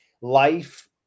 life